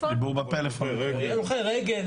כמו הולכי רגל.